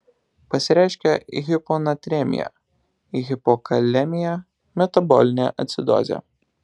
pasireiškia hiponatremija hipokalemija metabolinė acidozė